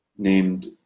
named